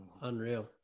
Unreal